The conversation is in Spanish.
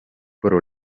pro